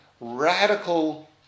radical